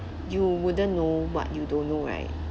you wouldn't know what you don't know right